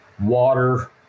water